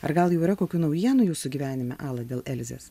ar gal jau yra kokių naujienų jūsų gyvenime ala dėl elzės